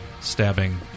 stabbing